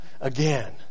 again